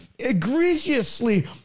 egregiously